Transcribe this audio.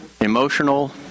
emotional